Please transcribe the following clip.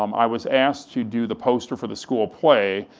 um i was asked to do the poster for the school play,